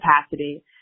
capacity